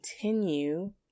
continue